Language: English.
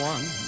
One